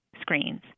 screens